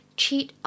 cheat